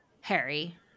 Harry